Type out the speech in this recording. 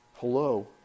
Hello